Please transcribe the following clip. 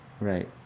Right